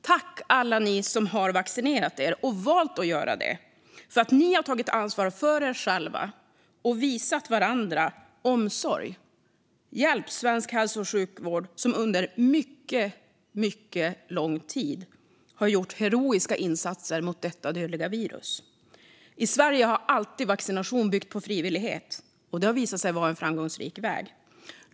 Tack alla ni som har vaccinerat er och valt att göra det! Ni har tagit ansvar för er själva och visat varandra omsorg. Ni har hjälpt svensk hälso och sjukvård, som under mycket lång tid gjort heroiska insatser mot detta dödliga virus. I Sverige har alltid vaccination byggt på frivillighet, och det har visat sig vara en framgångsrik väg.